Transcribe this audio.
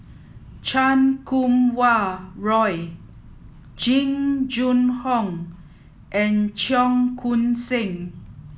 Chan Kum Wah Roy Jing Jun Hong and Cheong Koon Seng